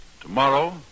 Tomorrow